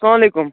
اسلامُ علیکُم